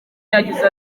yagize